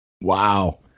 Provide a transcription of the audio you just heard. Wow